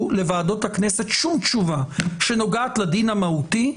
לוועדות הכנסת שום תשובה שנוגעת לדין המהותי,